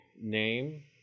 name